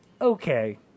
okay